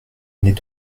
n’est